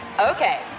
Okay